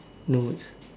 no it's